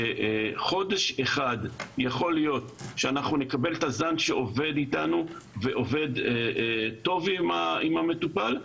שבהם בחודש אחד נקבל את הזן שעובד טוב עם המטופל,